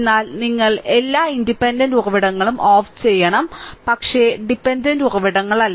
എന്നാൽ നിങ്ങൾ എല്ലാ ഇൻഡിപെൻഡന്റ് ഉറവിടങ്ങളും ഓഫ് ചെയ്യണം പക്ഷേ ഡിപെൻഡന്റ് ഉറവിടങ്ങളല്ല